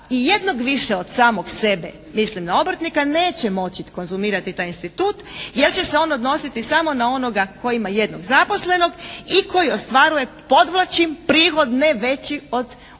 i jednog više od samog sebe, mislim na obrtnika, neće moći konzumirati taj institut, jer će se on odnositi samo na onoga tko ima jednog zaposlenog i koji ostvaruje podvlačim prihod ne veći od oko